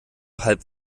halb